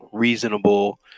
reasonable